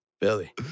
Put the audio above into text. Billy